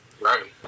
right